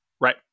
Right